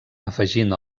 afegint